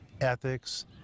ethics